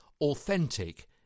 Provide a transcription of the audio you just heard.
authentic